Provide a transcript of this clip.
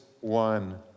one